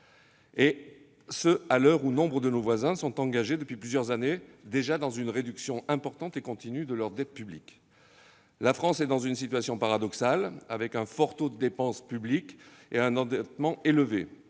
Et ce à l'heure où nombre de nos voisins sont engagés, depuis plusieurs années déjà, dans une réduction importante et continue de leur dette publique. La France se trouve dans une situation paradoxale. Avec un fort taux de dépense publique et un endettement élevé,